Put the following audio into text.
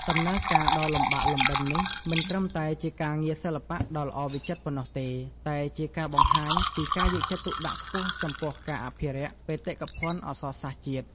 ដំណើរការដ៏លំបាកលំបិននេះមិនត្រឹមតែជាការងារសិល្បៈដ៏ល្អវិចិត្រប៉ុណ្ណោះទេ តែជាការបង្ហាញពីការយកចិត្តទុកដាក់ខ្ពស់ចំពោះការអភិរក្សបេតិកភណ្ឌអក្សរសាស្ត្រជាតិ។